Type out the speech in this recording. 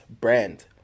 brand